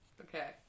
Okay